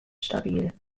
stabil